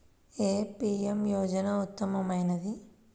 ఏ PM యోజన ఉత్తమమైనది?